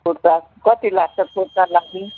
कुर्ता कति लाग्छ कुर्ताको लागि